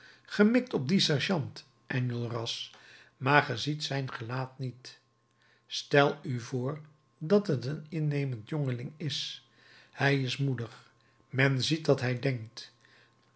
mikt op dien sergeant enjolras maar ge ziet zijn gelaat niet stel u voor dat t een innemend jongeling is hij is moedig men ziet dat hij denkt